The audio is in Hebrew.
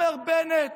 אומר בנט,